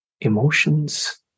emotions